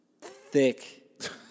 thick